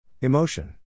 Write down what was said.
Emotion